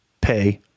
pay